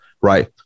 right